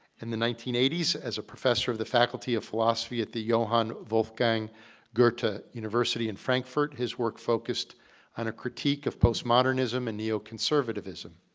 and the nineteen eighty s as a professor of the faculty of philosophy at the johann wolfgang goethe university in frankfurt. his work focused on a critique of postmodernism and neoconservativism.